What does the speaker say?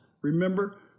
Remember